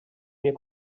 miei